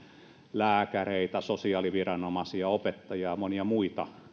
lääkäreitä sosiaaliviranomaisia opettajia ja monia muita